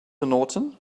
norton